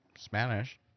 Spanish